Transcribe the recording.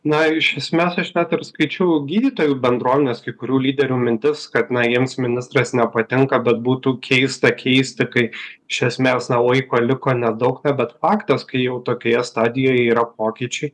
na iš esmės aš net ir skaičiau gydytojų bendruomenės kai kurių lyderių mintis kad na jiems ministras nepatinka bet būtų keista keisti kai iš esmės na laiko liko nedaug bet faktas kai jau tokioje stadijoje yra pokyčiai